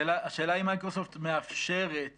השאלה היא אם מייקרוסופט מאפשרת